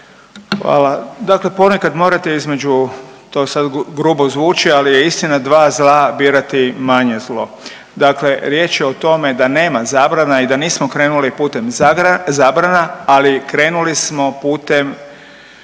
Hvala. Dakle ponekad morate između, to sad grubo zvuči, ali je istina, dva zla birati manje zlo. Dakle riječ je o tome da nema zabrana i da nismo krenuli putem zabrana, ali krenuli smo putem